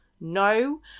No